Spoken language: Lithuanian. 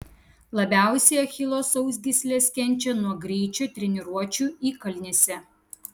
labiausiai achilo sausgyslės kenčia nuo greičio treniruočių įkalnėse